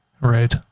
Right